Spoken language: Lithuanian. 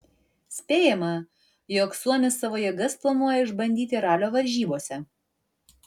spėjama jog suomis savo jėgas planuoja išbandyti ralio varžybose